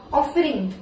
offering